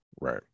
Right